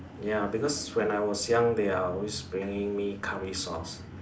ya because when I was young they are always bringing me curry sauce